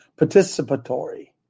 participatory